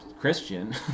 Christian